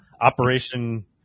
operation